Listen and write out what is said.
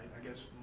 i guess,